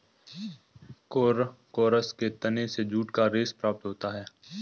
Corchorus के तने से जूट का रेशा प्राप्त होता है